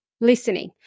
listening